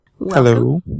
Hello